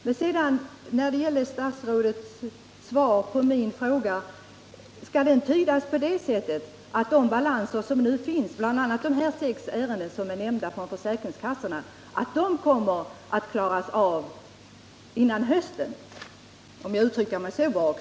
Kan vidare statsrådets svar på min fråga tydas på det sättet att de balanser som nu finns, bl.a. de nämnda sex ärendena från försäkringskassorna, kommer att klaras av före hösten, om jag får uttrycka mig så vagt?